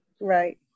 Right